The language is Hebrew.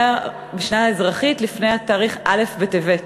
בשנה האזרחית לפני התאריך א' בטבת.